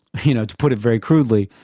you know, to put it very crudely,